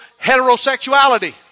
heterosexuality